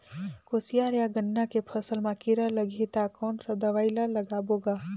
कोशियार या गन्ना के फसल मा कीरा लगही ता कौन सा दवाई ला लगाबो गा?